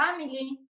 family